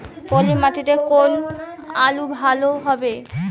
পলি মাটিতে কোন আলু ভালো হবে?